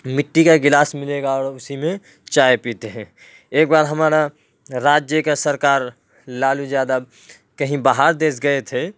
مٹی کا گلاس ملے گا اور اسی میں چائے پیتے ہیں ایک بار ہمارا راجیہ کا سرکار لالو یادو کہیں باہر دیش گئے تھے